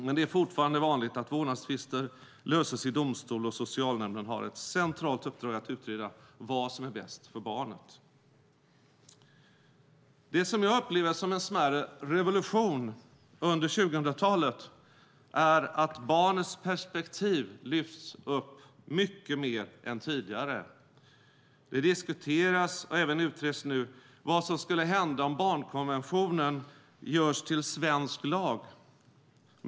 Men det är fortfarande vanligt att vårdnadstvister löses i domstol, och socialnämnden har ett centralt uppdrag att utreda vad som är bäst för barnet. Det som jag upplever som en smärre revolution under 2000-talet är att barnets perspektiv lyfts upp mycket mer än tidigare. Det diskuteras och utreds även nu vad som skulle hända om barnkonventionen görs till svensk lag.